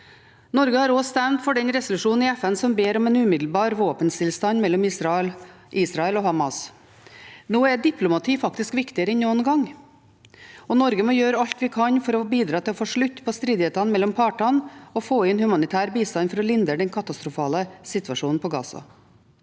Norge har også stemt for den resolusjonen i FN som ber om en umiddelbar våpenstillstand mellom Israel og Hamas. Nå er diplomati faktisk viktigere enn noen gang, og Norge må gjøre alt vi kan for å bidra til å få slutt på stridighetene mellom partene og få inn humanitær bistand for å lindre den katastrofale situasjonen i Gaza.